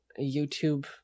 YouTube